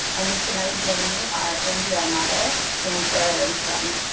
and tonight, joining me are andrea amado and sarah lindstrom.